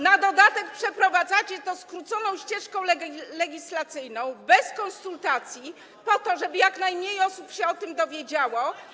Na dodatek wprowadzacie to skróconą ścieżką legislacyjną, bez konsultacji, tak żeby jak najmniej osób się o tym dowiedziało.